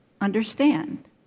understand